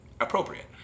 appropriate